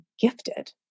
gifted